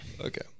okay